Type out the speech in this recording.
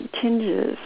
tinges